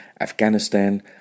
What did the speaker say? Afghanistan